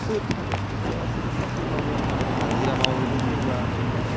सोर थागोन बिफाया सोरबा साख्रि मावगोन हाजिरा मावहैगोन सोरबा